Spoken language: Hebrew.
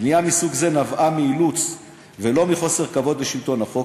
בנייה מסוג זה נבעה מאילוץ ולא מחוסר כבוד לשלטון החוק.